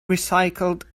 recycled